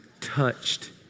touched